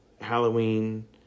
halloween